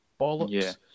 bollocks